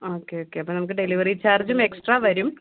ആ okay okay അപ്പോൾ നമുക്ക് ഡെലിവെറി ചാർജ്ജും എക്സട്രാ വരും